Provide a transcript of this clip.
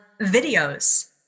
videos